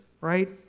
right